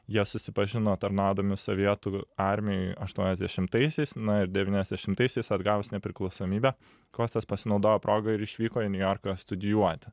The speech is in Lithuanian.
jie susipažino tarnaudami sovietų armijoj aštuoniasdešimtaisiais na ir devyniasdešimtaisiais atgavus nepriklausomybę kostas pasinaudojo proga ir išvyko į niujorką studijuoti